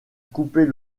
couper